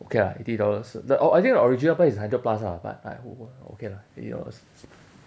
okay lah eighty dollars the oh I think the original price is hundred plus ah but but okay lah it was